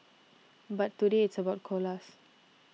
but today it's about koalas